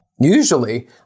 Usually